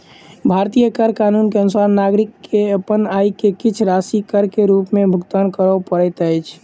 भारतीय कर कानून के अनुसार नागरिक के अपन आय के किछ राशि कर के रूप में भुगतान करअ पड़ैत अछि